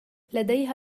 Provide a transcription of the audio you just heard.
لديها